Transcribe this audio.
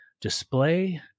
display